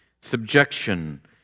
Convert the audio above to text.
subjection